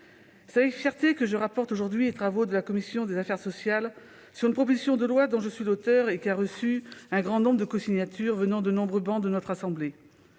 c'est avec fierté que je rapporte aujourd'hui les travaux de la commission des affaires sociales sur une proposition de loi dont je suis l'auteure et qui a reçu un grand nombre de cosignatures issues de nombreuses travées de notre assemblée.